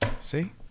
See